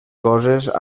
coses